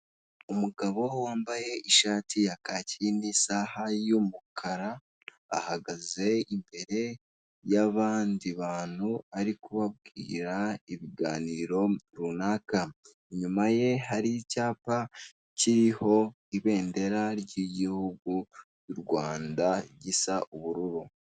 Umugabo wambaye ishati ya kaki n'isaha y'umukara, ahagaze imbere y'abandi bantu arikubabwira ibiganiro runaka, inyuma ye hari icyapa kiriho ibendera ryigihugu u Rwanda gisa ubururu.